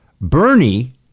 Bernie